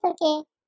Okay